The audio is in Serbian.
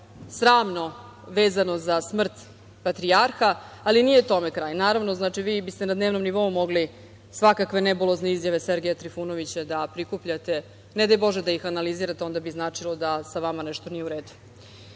sramno vezano za smrt patrijarha, ali nije tome kraj. Vi biste na dnevnom nivou mogli svakakve nebulozne izjave Sergeja Trifunovića da prikupljate, ne daj Bože da ih analizirate, onda bi značilo da sa vama nešto nije u